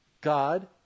God